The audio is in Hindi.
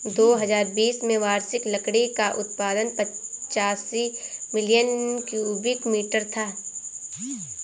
दो हजार बीस में वार्षिक लकड़ी का उत्पादन पचासी मिलियन क्यूबिक मीटर था